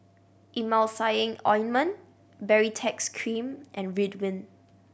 Emulsying Ointment Baritex Cream and Ridwind